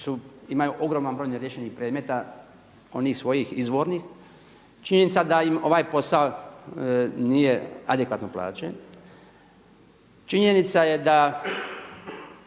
imaju ogroman broj neriješenih predmeta onih svojih izvornih. Činjenica da im ovaj posao nije adekvatno plaćen. Činjenica je da